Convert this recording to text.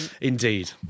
Indeed